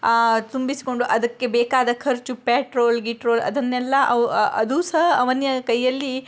ತುಂಬಿಸಿಕೊಂಡು ಅದಕ್ಕೆ ಬೇಕಾದ ಖರ್ಚು ಪೆಟ್ರೋಲ್ ಗಿಟ್ರೋಲ್ ಅದನ್ನೆಲ್ಲ ಅವ ಅದು ಸಹ ಅವನ ಕೈಯಲ್ಲಿ